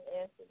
answer